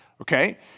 okay